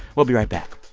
we'll be right back